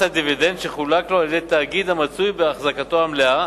על דיבידנד שחולק לו על-ידי תאגיד המצוי בהחזקתו המלאה